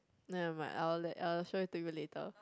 never mind I will let I will show it to you later